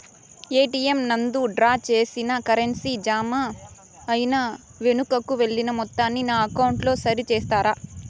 ATM నందు draw చేసిన currency జామ అయి వెనుకకు వెళ్లిన మొత్తాన్ని నా అకౌంట్ లో సరి చేస్తారా?